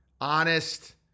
honest